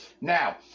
now